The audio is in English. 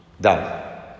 done